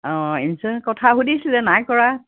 অঁ ইঞ্চুৰেঞ্চ কথা সুধিছিলে নাই কৰা